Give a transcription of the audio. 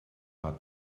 war